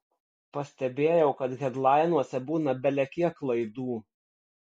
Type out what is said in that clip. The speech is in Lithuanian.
pastebėjau kad hedlainuose būna belekiek klaidų